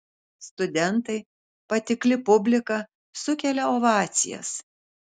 studentai patikli publika sukelia ovacijas